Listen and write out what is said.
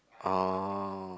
oh